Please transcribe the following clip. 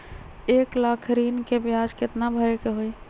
एक लाख ऋन के ब्याज केतना भरे के होई?